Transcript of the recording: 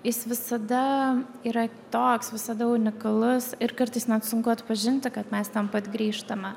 jis visada yra toks visada unikalus ir kartais net sunku atpažinti kad mes ten pat grįžtame